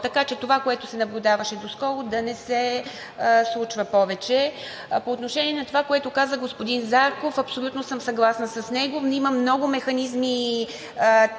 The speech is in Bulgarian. Така че това, което се наблюдаваше доскоро, да не се случва повече. По отношение на това, което каза господин Зарков, абсолютно съм съгласна с него. Има много механизми